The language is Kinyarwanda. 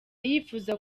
yifuza